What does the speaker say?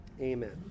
amen